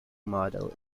model